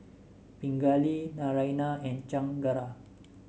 Pingali Naraina and Chengara